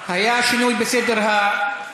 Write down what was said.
היה שינוי בסדר-היום.